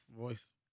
Voice